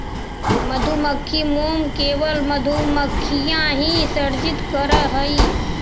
मधुमक्खी मोम केवल मधुमक्खियां ही सृजित करअ हई